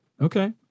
Okay